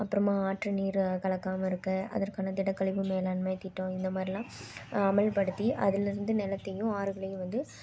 அப்புறமாக ஆற்று நீரை கலக்காமல் இருக்க அதற்கான திடக்கழிவு மேலாண்மை திட்டம் இந்த மாதிரிலாம் அமல்படுத்தி அதுலருந்து நிலத்தையும் ஆறுகளையும் வந்து